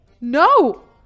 no